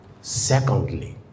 Secondly